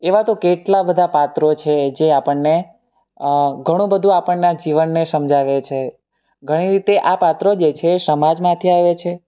એવા તો કેટલા બધા પાત્રો છે જે આપણને ઘણું બધું આપણના જીવનને સમજાવે છે ઘણી રીતે આ પાત્રો જે છે એ સમાજમાંથી આવે છે